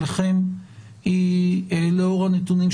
כן, בשלב הרישום לא רושמים את כל המיטלטלין בבית.